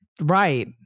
right